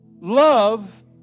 Love